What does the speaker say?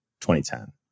2010